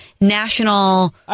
National